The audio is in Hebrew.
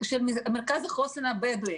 מרכז החוסן הבדואי.